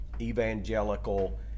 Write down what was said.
evangelical